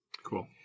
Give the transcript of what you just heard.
Cool